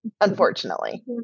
unfortunately